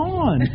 on